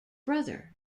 brother